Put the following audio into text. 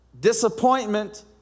disappointment